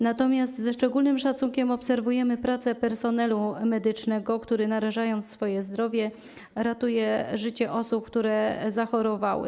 Natomiast ze szczególnym szacunkiem obserwujemy prace personelu medycznego, który narażając swoje zdrowie, ratuje życie osób, które zachorowały.